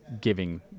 giving